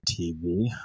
TV